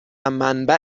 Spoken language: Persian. منبع